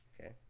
okay